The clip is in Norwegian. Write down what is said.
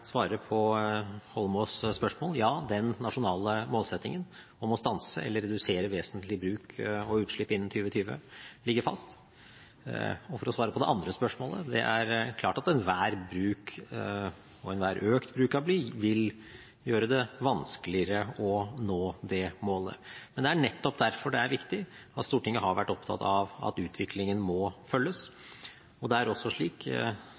på Eidsvoll Holmås’ spørsmål: Ja, den nasjonale målsettingen om å stanse eller redusere vesentlig bruk og utslipp innen 2020 ligger fast. Og for å svare på det andre spørsmålet: Det er klart at enhver bruk og enhver økt bruk av bly vil gjøre det vanskeligere å nå det målet. Men det er nettopp derfor det er viktig at Stortinget har vært opptatt av at utviklingen må følges, og det er også slik